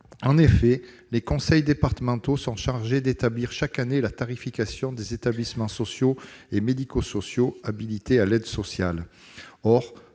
En effet, les conseils départementaux sont chargés d'établir chaque année la tarification des établissements sociaux et médico-sociaux (ESMS) habilités à l'aide sociale.